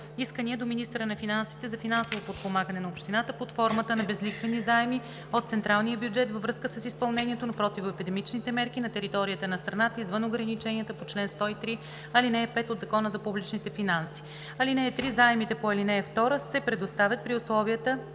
искания до министъра на финансите за финансово подпомагане на общината под формата на безлихвени заеми от централния бюджет във връзка с изпълнението на противоепидемичните мерки на територията на страната извън ограниченията по чл. 103, ал. 5 от Закона за публичните финанси. (3) Заемите по ал. 2 се предоставят при условия